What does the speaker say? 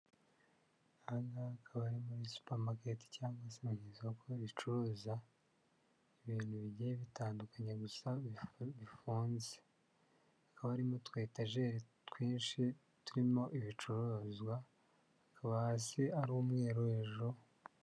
Aha akaba muri supermarket cyangwase isoko ricuruza ibintu bigiye bitandukanye, gusa bifunze hakaba harimo utu etajiri twinshi turimo ibicururizwa hakaba hasi ari umweru .